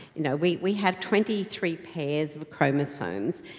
you know we we have twenty three pairs of chromosomes,